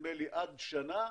נדמה לי עד שנה,